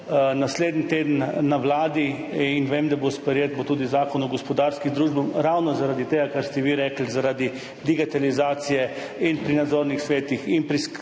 naslednji teden na Vladi in vem, da bo sprejet, bo tudi zakon o gospodarskih družbah – ravno zaradi tega, kar ste vi rekli, zaradi digitalizacije in pri nadzornih svetih in skupščinah